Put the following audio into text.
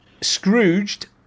Scrooged